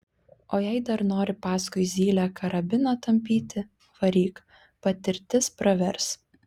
o jei dar nori paskui zylę karabiną tampyti varyk patirtis pravers